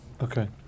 Okay